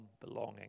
belonging